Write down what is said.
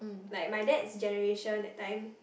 like my dad's generation that time